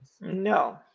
No